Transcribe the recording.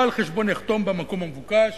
בעל חשבון יחתום במקום המבוקש,